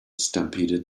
stampeded